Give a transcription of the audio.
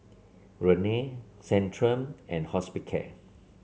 Rene Centrum and Hospicare